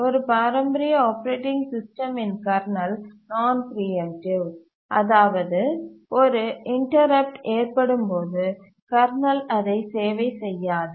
ஒரு பாரம்பரிய ஆப்பரேட்டிங் சிஸ்டமின் கர்னல் நான் பிரீஎம்ட்டிவ் அதாவது ஒரு இன்டரப்ட் ஏற்படும்போது கர்னல் அதை சேவை செய்யாது